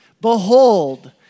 Behold